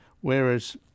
whereas